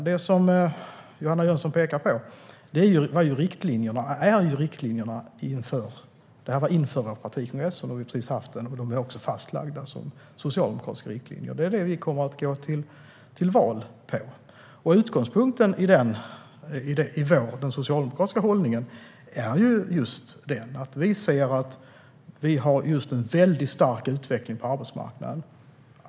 Det som Johanna Jönsson pekar på är riktlinjerna inför den partikongress som vi precis har haft. De är fastlagda som socialdemokratiska riktlinjer, och det är detta vi kommer att gå till val på. Utgångspunkten i den socialdemokratiska hållningen är att vi har en stark utveckling på arbetsmarknaden just nu.